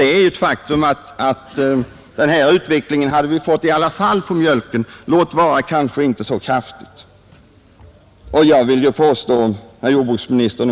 Faktum är ju att vi hade fått denna utveckling i fråga om mjölken i alla fall — låt vara att den kanske inte hade blivit så kraftig. Men därmed hade sannolikt ingen skada varit skedd.